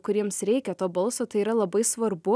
kuriems reikia to balso tai yra labai svarbu